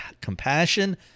compassion